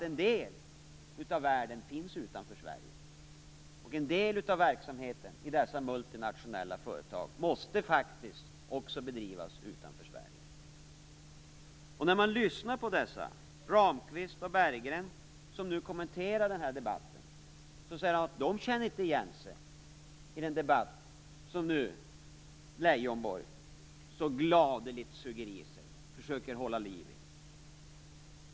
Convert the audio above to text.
En del av världen finns ju utanför Sverige, och en del av verksamheten i dessa multinationella företag måste faktiskt också bedrivas utanför Sverige. När man lyssnar på t.ex. Ramqvist och Berggren när de kommenterar den här debatten säger de att de inte känner igen sig i den debatt som Leijonborg nu så gladeligt suger i sig och försöker hålla liv i.